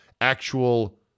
actual